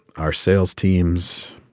our sales teams,